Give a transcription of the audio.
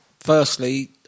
Firstly